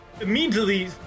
immediately